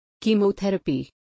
Chemotherapy